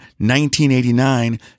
1989